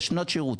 שנת השירות,